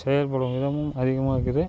செயல்படும் விதமும் அதிகமாக்குது